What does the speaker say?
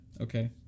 Okay